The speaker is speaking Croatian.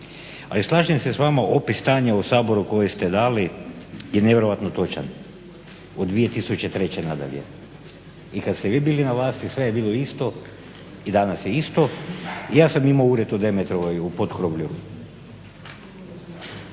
Ali slažem se s vama, opis stanja u Saboru koje ste dali je nevjerojatno točan od 2003. nadalje. I kad ste vi bili na vlasti sve je bilo isto i danas je isto. I ja sam imao ured u Demetrovoj, u potkrovlju.